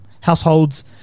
households